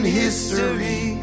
history